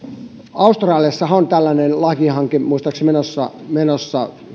australiassahan on tällainen lakihanke menossa menossa muistaakseni